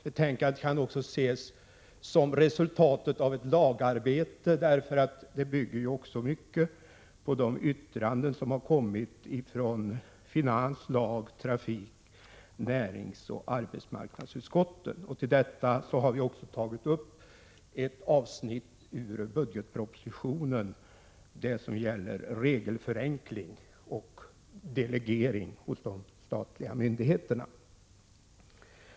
Betänkandet kan även ses som resultatet av ett lagarbete, därför att det i stor utsträckning bygger på de yttranden som har inkommit från finans-, lag-, trafik-, näringsoch arbetsmarknadsutskotten. Dessutom har vi berört ett avsnitt i budgetpropositionen, som gäller regelförenkling och delegering hos de statliga myndigheterna.